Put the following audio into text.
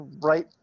right